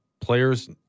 players